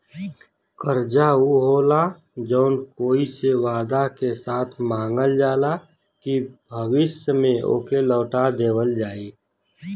कर्जा ऊ होला जौन कोई से वादा के साथ मांगल जाला कि भविष्य में ओके लौटा देवल जाई